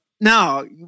no